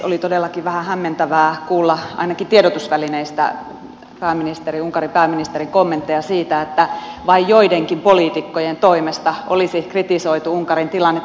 oli todellakin vähän hämmentävää kuulla ainakin tiedotusvälineistä unkarin pääministerin kommentteja siitä että vain joidenkin poliitikkojen toimesta olisi kritisoitu unkarin tilannetta